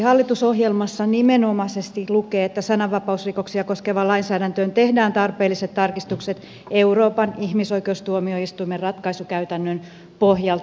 hallitusohjelmassa nimenomaisesti lukee että sananvapausrikoksia koskevaan lainsäädäntöön tehdään tarpeelliset tarkistukset euroopan ihmisoikeustuomioistuimen ratkaisukäytännön pohjalta